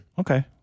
Okay